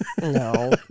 no